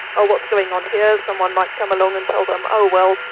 oh, what's going on here, someone might come along and tell them, oh well,